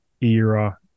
era